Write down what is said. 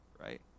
right